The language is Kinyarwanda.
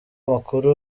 amakuru